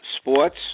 Sports